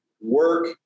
work